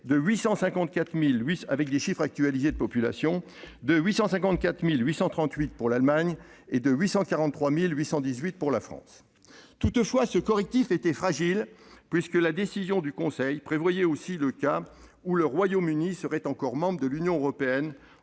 tenant compte des chiffres actualisés de population, de 854 838 pour l'Allemagne et de 843 818 pour la France. Toutefois, ce correctif était fragile, puisque la décision du Conseil prévoyait aussi le cas où le Royaume-Uni serait encore membre de l'Union européenne